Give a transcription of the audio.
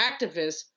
activists